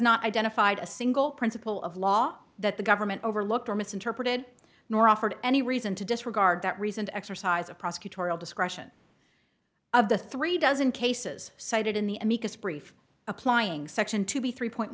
not identified a single principle of law that the government overlooked or misinterpreted nor offered any reason to disregard that reason to exercise of prosecutorial discretion of the three dozen cases cited in the amicus brief applying section two b three point